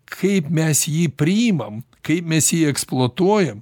kaip mes jį priimam kaip mes jį eksploatuojam